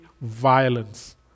violence